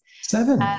Seven